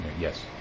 yes